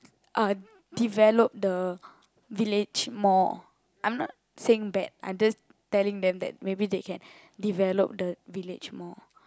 uh develop the village more I'm not saying bad I'm just telling them that maybe they can develop the village more